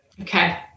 okay